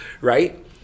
right